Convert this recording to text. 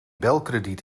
belkrediet